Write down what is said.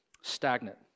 stagnant